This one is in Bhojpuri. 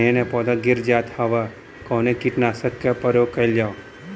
नया नया पौधा गिर जात हव कवने कीट नाशक क प्रयोग कइल जाव?